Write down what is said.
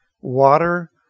water